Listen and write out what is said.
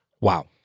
Wow